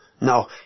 No